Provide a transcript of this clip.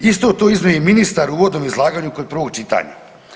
Isto to iznio je i ministar u uvodnom izlaganju kod prvog čitanja.